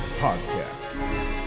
Podcast